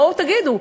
בואו תגידו,